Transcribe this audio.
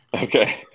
Okay